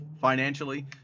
financially